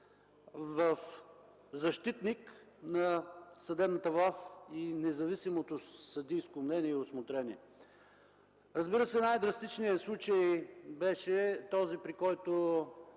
в защитник на съдебната власт и независимото съдийско мнение и усмотрение. Разбира се, най-драстичният случай беше този, за който